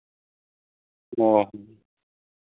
ᱚᱻ